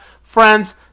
Friends